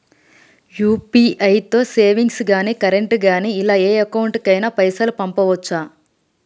UPI తో savings గాని current గాని ఇలా ఏ అకౌంట్ కైనా పైసల్ పంపొచ్చా?